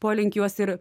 polinkį juos ir